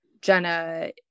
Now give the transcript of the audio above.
Jenna